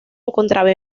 encontraba